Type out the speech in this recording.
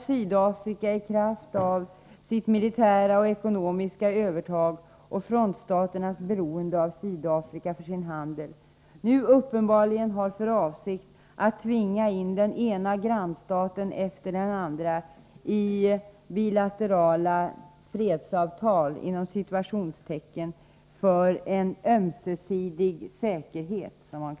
Sydafrika har, i kraft av sitt militära och ekonomiska övertag och frontstaternas beroende av Sydafrika för sin handel, nu uppenbarligen för avsikt att tvinga in den ena grannstaten efter den andra i bilaterala ”fredsavtal” för en ömsesidig ”säkerhet”.